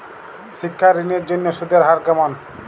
শিক্ষা ঋণ এর জন্য সুদের হার কেমন?